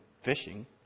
fishing